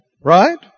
right